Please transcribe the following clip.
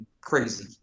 crazy